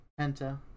Penta